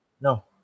No